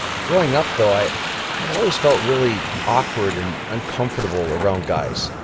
growing up though i i always felt really awkward and uncomfortable around guys.